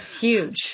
huge